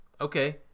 okay